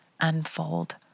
unfold